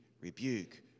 rebuke